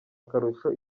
akarusho